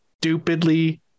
stupidly